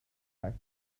fact